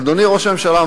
אדוני ראש הממשלה,